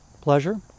pleasure